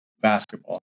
basketball